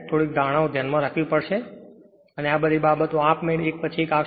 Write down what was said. થોડીક ધારણાઓ ધ્યાનમાં રાખવી પડશે અને આ બધી બાબતો આપમેળે એક પછી એક આવશે